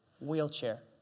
Wheelchair